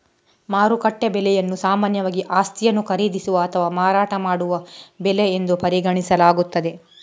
ಮಾರುಕಟ್ಟೆ ಬೆಲೆಯನ್ನು ಸಾಮಾನ್ಯವಾಗಿ ಆಸ್ತಿಯನ್ನು ಖರೀದಿಸುವ ಅಥವಾ ಮಾರಾಟ ಮಾಡುವ ಬೆಲೆ ಎಂದು ಪರಿಗಣಿಸಲಾಗುತ್ತದೆ